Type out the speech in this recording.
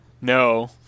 No